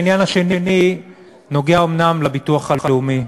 העניין השני נוגע אומנם לביטוח הלאומי,